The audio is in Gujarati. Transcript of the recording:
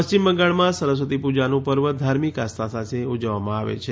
પશ્ચિમ બંગાળમાં સરસ્વતી પૂજાનું પર્વ ધાર્મિક આસ્થા સાથે ઉજવવામાં આવશે